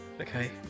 Okay